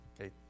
okay